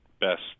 best